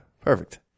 perfect